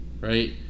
right